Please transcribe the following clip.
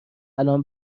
الان